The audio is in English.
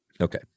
Okay